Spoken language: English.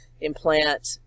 Implant